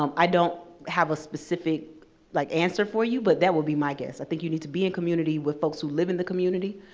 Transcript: um i don't have specific like answer for you, but that would be my guess. i think you need to be in community with folks who live in the community.